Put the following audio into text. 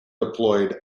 deployed